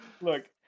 Look